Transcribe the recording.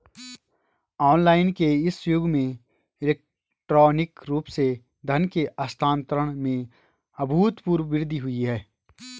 online के इस युग में इलेक्ट्रॉनिक रूप से धन के हस्तांतरण में अभूतपूर्व वृद्धि हुई है